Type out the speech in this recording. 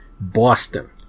Boston